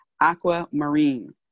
Aquamarine